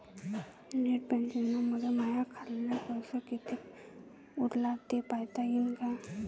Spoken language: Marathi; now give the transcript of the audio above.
नेट बँकिंगनं मले माह्या खाल्ल पैसा कितीक उरला थे पायता यीन काय?